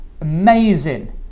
Amazing